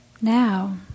Now